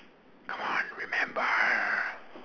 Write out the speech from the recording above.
come on remember